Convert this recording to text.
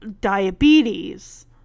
diabetes